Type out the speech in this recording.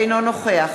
אינו נוכח